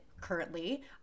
currently